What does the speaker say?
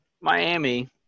Miami